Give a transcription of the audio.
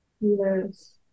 Yes